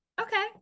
okay